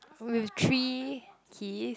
with three keys